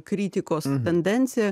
kritikos tendencija